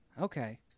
Okay